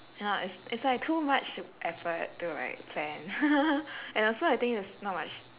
ya it's it's like too much effort to like plan and also I think it's not much